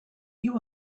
you